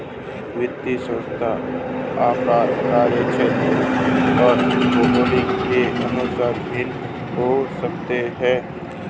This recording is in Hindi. वित्तीय संस्थान आकार, कार्यक्षेत्र और भूगोल के अनुसार भिन्न हो सकते हैं